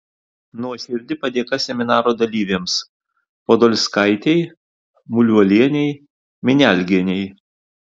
nuoširdi padėka seminaro dalyvėms podolskaitei muliuolienei minialgienei